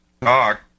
talk